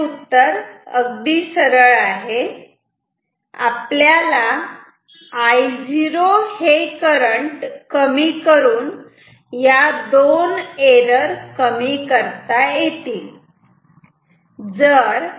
याचे उत्तर अगदी सरळ आहे आपल्याला हे करंट कमी करून या दोन एरर कमी करता येतील